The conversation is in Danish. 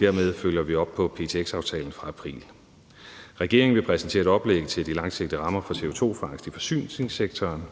Dermed følger vi op på ptx-aftalen fra april. Regeringen vil præsentere et oplæg til de langsigtede rammer for CO2-fangst i forsyningssektoren,